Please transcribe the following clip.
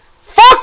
fuck